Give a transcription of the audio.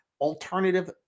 alternative